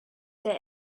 der